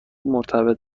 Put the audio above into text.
مرتبط